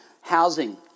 Housing